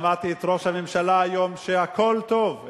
שמעתי את ראש הממשלה היום שהכול טוב,